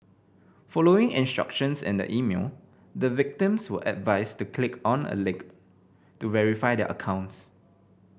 following instructions in the email the victims were advised to click on a link to verify their accounts